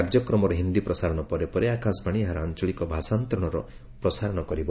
କାର୍ଯ୍ୟକ୍ରମର ହିନ୍ଦୀ ପ୍ରସାରଣ ପରେ ପରେ ଆକାଶବାଣୀ ଏହାର ଆଞ୍ଚଳିକ ଭାଷାନ୍ତରଣର ପ୍ରସାରଣ କରିବ